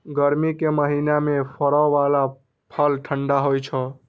गर्मी के महीना मे फड़ै बला फल ठंढा होइ छै